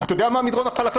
אתה יודע מה המדרון החלקלק?